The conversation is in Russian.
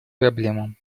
проблемам